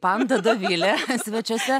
panda ir dovilė svečiuose